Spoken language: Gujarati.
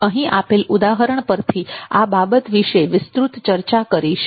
અહીં આપેલ ઉદાહરણ પરથી આ બાબત વિશે વિસ્તૃત ચર્ચા કરીશું